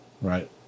Right